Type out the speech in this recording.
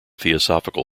theosophical